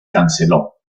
canceló